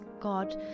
God